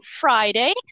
Friday